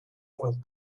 will